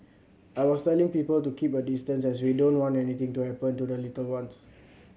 I was telling people to keep a distance as we don't want anything to happen to the little ones